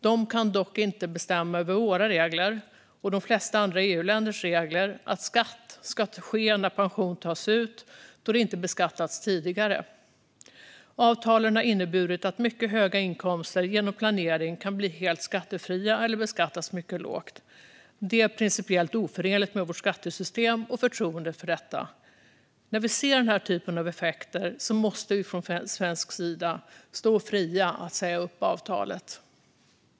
De kan dock inte bestämma över våra regler, och de flesta andra EU-länders regler, om att beskattning ska ske när pension tas ut då den inte beskattats tidigare. Avtalen har inneburit att mycket höga inkomster genom planering kan bli helt skattefria eller beskattas mycket lågt. Det är principiellt oförenligt med vårt skattesystem och förtroendet för detta. När vi ser den typen av effekter måste vi från svensk sida stå fria att säga upp avtalet.